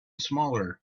smaller